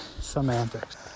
semantics